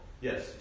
yes